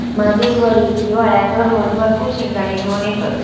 माझे वडील हिवाळ्यात दररोज भरपूर शेंगदाने घेऊन येतत